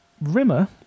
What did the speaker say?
Rimmer